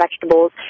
vegetables